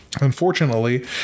Unfortunately